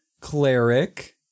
cleric